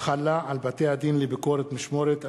(החלה על בתי-הדין לביקורת משמורת),